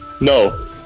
No